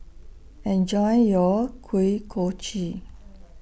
Enjoy your Kuih Kochi